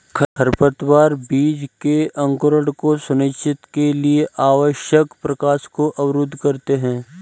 खरपतवार बीज के अंकुरण को सुनिश्चित के लिए आवश्यक प्रकाश को अवरुद्ध करते है